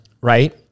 right